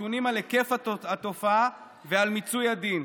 נתונים על היקף התופעה ועל מיצוי הדין.